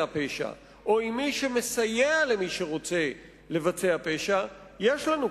פשע או עם מי שמסייע למי שרוצה לבצע פשע יש לנו כבר,